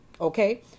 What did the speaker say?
Okay